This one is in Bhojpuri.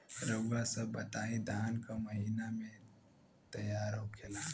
रउआ सभ बताई धान क महीना में तैयार होखेला?